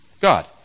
God